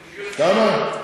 לא.